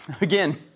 Again